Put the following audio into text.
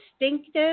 distinctive